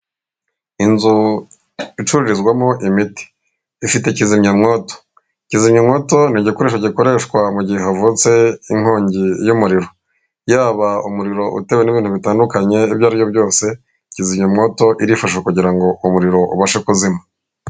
Inzu icururizwamo imiti ifite ikizimyamwoto, kizimya mwoto ni igikoresho gikoreshwa mu gihe havutse inkongi y'umuriro, yaba umuriro utewe n'ibintu bitandukanye ibyo aribyo byose, kizimyamoto irifashishwa kugira ngo umuriro ubashe kuzima.